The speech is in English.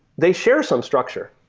they share some structure,